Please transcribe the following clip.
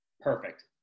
Perfect